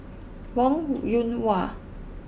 Wong Yoon Wah